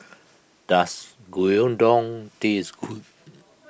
does Gyudon taste